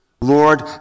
Lord